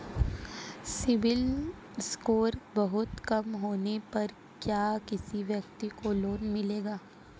CIBIL score बहुत कम होने पर क्या किसी व्यक्ति को लोंन मिलेगा?